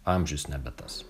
amžius nebe tas